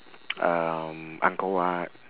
um angkor wat